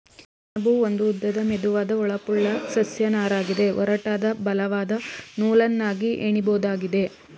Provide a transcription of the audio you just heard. ಸೆಣಬು ಒಂದು ಉದ್ದದ ಮೆದುವಾದ ಹೊಳಪುಳ್ಳ ಸಸ್ಯ ನಾರಗಿದೆ ಒರಟಾದ ಬಲವಾದ ನೂಲನ್ನಾಗಿ ಹೆಣಿಬೋದಾಗಿದೆ